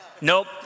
nope